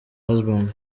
husband